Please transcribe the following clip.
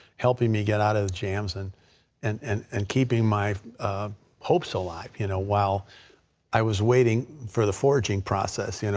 helping me get out of jams, and and and and keeping my hopes alive, you know, while i was waiting for the forging process. you know